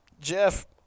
Jeff